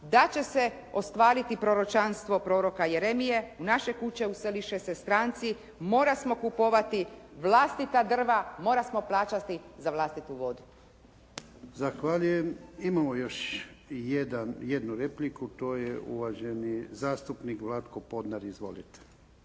da će se ostvariti proročanstvo proroka Jeremije: «U naše kuće useliše se stranci. Morasmo kupovati vlastita drva. Morasmo plaćati za vlastitu vodu.» **Jarnjak, Ivan (HDZ)** Zahvaljujem. Imamo još jedan, jednu repliku. To je uvaženi zastupnik Vlatko Podnar. Izvolite.